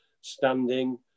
standing